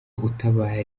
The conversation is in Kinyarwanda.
utabara